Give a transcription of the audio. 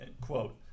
Quote